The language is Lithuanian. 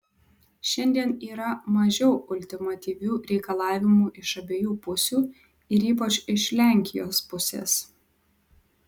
šiandien yra mažiau ultimatyvių reikalavimų iš abiejų pusių ir ypač iš lenkijos pusės